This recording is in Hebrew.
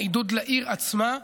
העידוד לעיר עצמה,